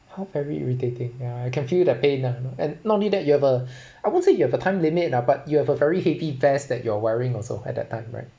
how very irritating ya I can feel the pain ah and not only that you have a I won't say you have a time limit lah but you have a very heavy vest that you're wearing also at that time right